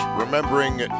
Remembering